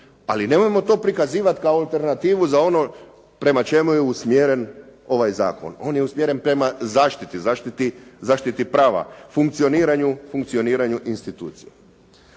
ali nemojmo to prikazivati kao alternativu za ono prema čemu je usmjeren ovaj zakon. On je usmjeren prema zaštiti, zaštiti prava, funkcioniranju institucija.